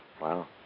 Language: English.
Wow